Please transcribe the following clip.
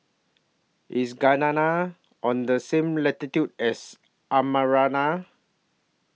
IS Guyana on The same latitude as Armenia